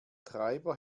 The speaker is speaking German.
treiber